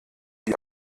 die